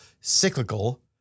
cyclical